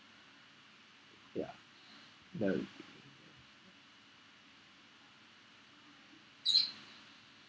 ya but